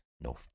no